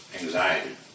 anxiety